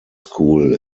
school